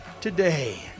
today